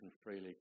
freely